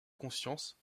conscience